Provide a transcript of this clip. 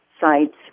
sites